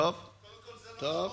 קודם כול, זה לא נכון.